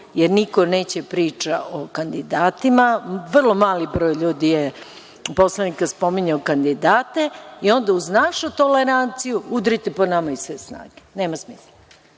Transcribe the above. jer niko neće da priča o kandidatima. Vrlo mali broj poslanika je spominjao kandidate, onda uz našu toleranciju udrite po nama iz sve snage. Nema smisla.